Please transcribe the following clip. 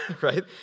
right